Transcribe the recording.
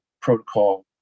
protocol